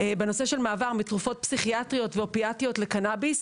בנושא של מעבר מתרופות פסיכיאטריות ואופיאטיות לקנביס.